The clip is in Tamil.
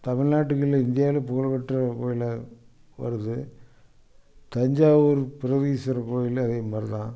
தமிழ்நாட்டுக்குள்ளே இந்தியாவில் புகழ்பெற்ற கோயிலாக வருது தஞ்சாவூர் பிரகதீஸ்வரர் கோயில் அதேமாதிரி தான்